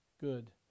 Good